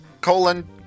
colon